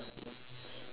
you're hungry